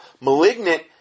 Malignant